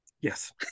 Yes